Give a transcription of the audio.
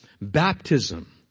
Baptism